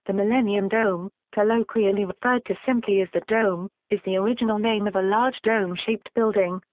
the millennium dome, colloquially referred to simply as the dome, is the original name of a large dome-shaped building,